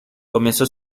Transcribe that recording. comenzó